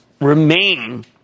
remain